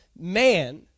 man